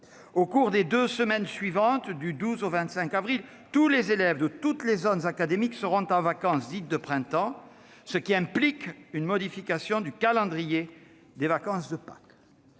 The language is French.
Au cours des deux semaines suivantes, du 12 avril au 25 avril, tous les élèves de toutes les zones académiques seront en vacances dites de printemps, ce qui implique une modification du calendrier des vacances scolaires.